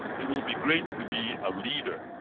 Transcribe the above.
it will be great to be a leader